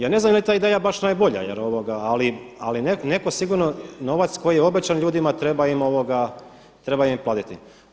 Ja ne znam jeli ta ideja baš najbolja, ali neko sigurno novac koji je obećan ljudima treba im platiti.